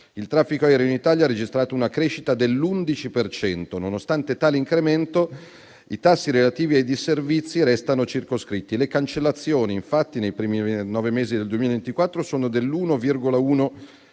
il traffico aereo in Italia ha registrato una crescita dell'11 per cento. Nonostante tale incremento, i tassi relativi ai disservizi restano circoscritti. Le cancellazioni, infatti, nei primi nove mesi del 2024 sono dell'1,1